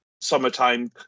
summertime